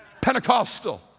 Pentecostal